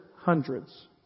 Hundreds